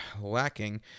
lacking